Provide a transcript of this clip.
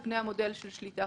על פני המודל של שליטה.